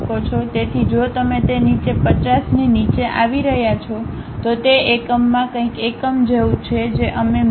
તેથી જો તમે તે નીચે 50 ની નીચે આવી રહ્યા છો તો તે એકમમાં કંઈક એકમ જેવું છે જે અમે મી